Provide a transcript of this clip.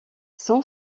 son